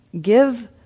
give